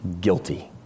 Guilty